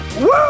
Woo